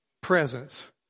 presence